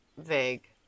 vague